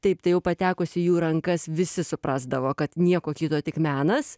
taip tai jau patekus į jų rankas visi suprasdavo kad nieko kito tik menas